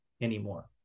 anymore